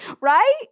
right